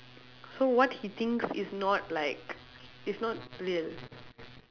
so what he thinks is not like is not real